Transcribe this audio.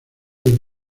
del